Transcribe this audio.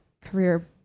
career